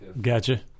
Gotcha